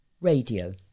radio